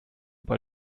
bei